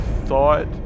thought